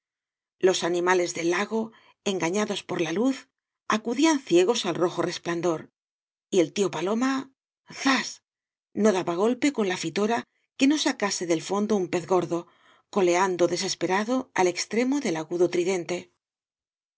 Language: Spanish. los animales del lago engañados por la luz acudían ciegos al rojo resplandor y el tío paloma zas no daba golpe con la fitora que no sacase del fondo un pez gordo coleando desesperado al extremo del agudo tridente